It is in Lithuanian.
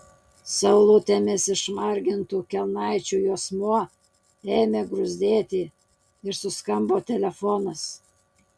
saulutėmis išmargintų kelnaičių juosmuo ėmė gruzdėti ir suskambo telefonas